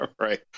Right